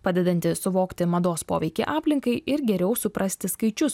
padedanti suvokti mados poveikį aplinkai ir geriau suprasti skaičius